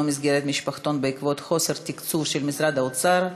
מסגרת משפחתון בעקבות אי-תקצוב של משרד האוצר,